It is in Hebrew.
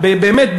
באמת,